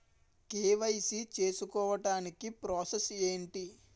KYC చేసుకోవటానికి process ఏంటి?